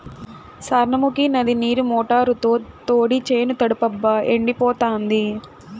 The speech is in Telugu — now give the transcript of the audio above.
సార్నముకీ నది నీరు మోటారుతో తోడి చేను తడపబ్బా ఎండిపోతాంది